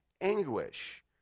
anguish